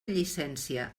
llicència